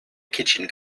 kitchen